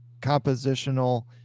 compositional